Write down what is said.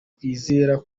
kwizera